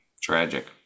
tragic